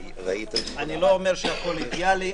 אני לא אומר שהכל אידיאלי,